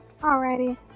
Alrighty